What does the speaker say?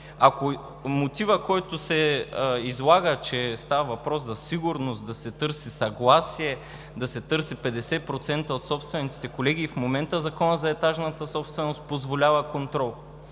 ако мотивът, който се излага, че става въпрос за сигурност – да се търси съгласие, да се търсят 50% от собствениците, колеги, и в момента Законът за етажната собственост позволява контрол.